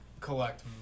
collect